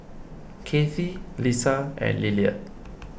Kathy Lesa and Lillard